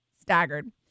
staggered